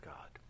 God